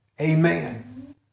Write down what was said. Amen